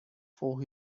for